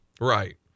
Right